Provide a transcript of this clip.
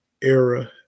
era